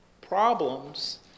problems